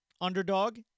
underdog